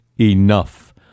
enough